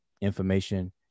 information